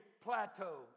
plateau